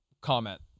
comment